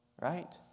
right